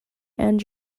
and